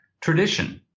tradition